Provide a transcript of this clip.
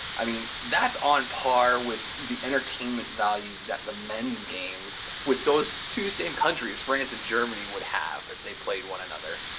i mean, that's on par with the enterainment value that the men's games with those two same countries, france and germany, would have if they played one another.